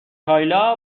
کایلا